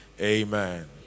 Amen